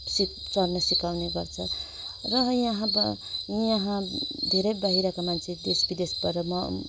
सिक चढ्नु सिकाउने गर्छ र यहाँ बा यहाँ धेरै बाहिरका मान्छे देश विदेशबाट